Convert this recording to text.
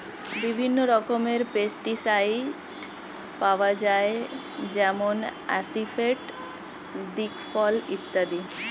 বিভিন্ন রকমের পেস্টিসাইড পাওয়া যায় যেমন আসিফেট, দিকফল ইত্যাদি